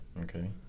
okay